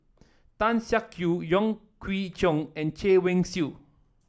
Tan Siak Kew Wong Kwei Cheong and Chay Weng Yew